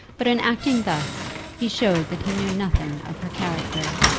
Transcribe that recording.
but in acting thus he showed that he knew nothing of her character.